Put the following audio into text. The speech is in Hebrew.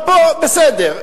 אבל פה, בסדר.